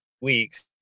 weeks